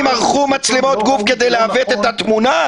ערכו מצלמות גוף כדי לעוות את התמונה?